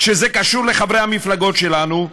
כשזה קשור לחברי המפלגות שלנו,